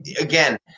again